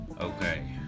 okay